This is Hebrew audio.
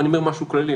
ואני אומר משהו כללי,